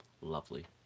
lovely